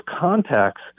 contacts